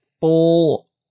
full